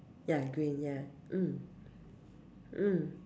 ya green ya mm mm